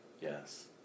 yes